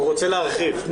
הוא רוצה להרחיב.